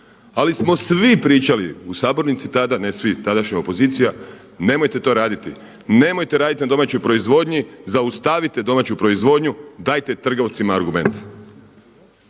Ali smo svi pričali u sabornici tada, ne svi, tadašnja opozicija nemojte to raditi, nemojte raditi na domaćoj proizvodnji, zaustavite domaću proizvodnju, dajte trgovcima argument.